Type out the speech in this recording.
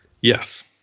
Yes